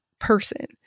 person